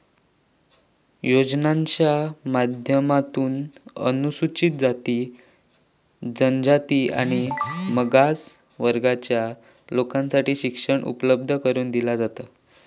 योजनांच्या माध्यमातून अनुसूचित जाती, जनजाति आणि मागास वर्गाच्या लेकींसाठी शिक्षण उपलब्ध करून दिला जाता